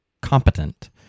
competent